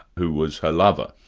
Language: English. who was her lover.